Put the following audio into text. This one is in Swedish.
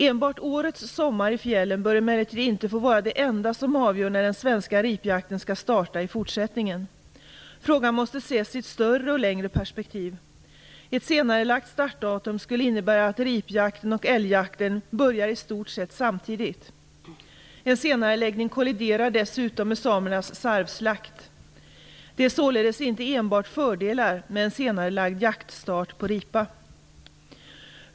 Enbart årets sommar i fjällen bör emellertid inte få vara det enda som avgör när den svenska ripjakten skall starta i fortsättningen. Frågan måste ses i ett större och längre perspektiv. Ett senarelagt startdatum skulle innebära att ripjakten och älgjakten börjar i stort sett samtidigt. En senareläggning kolliderar dessutom med samernas sarvslakt. Det är således inte enbart fördelar med en senarelagd jaktstart på ripa.